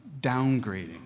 downgrading